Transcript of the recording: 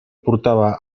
portava